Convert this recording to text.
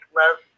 love